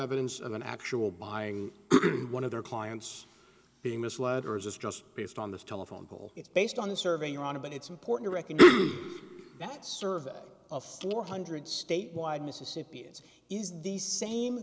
evidence of an actual buying one of their clients being misled or is this just based on this telephone poll it's based on the survey you're on about it's important reckoned that survey of more hundred state wide mississippians is the same